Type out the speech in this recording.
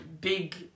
big